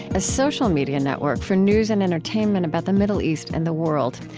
a social media network for news and entertainment about the middle east and the world,